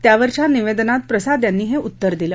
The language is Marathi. त्यावरच्या निवेदनात प्रसाद यांनी हे उत्तर दिलं